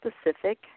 specific